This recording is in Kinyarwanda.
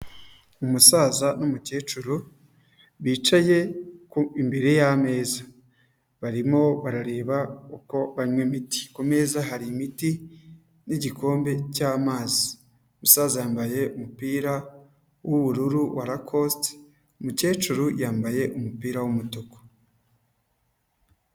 Umusaza n'umukecuru, bicaye imbere y'ameza, barimo barareba uko banywa imiti, ku meza hari imiti, n'igikombe cy'amazi, umusaza yambaye umupira w'ubururu wa rakosite, umukecuru yambaye umupira w'umutuku.